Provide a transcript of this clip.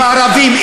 ערבים,